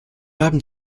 haben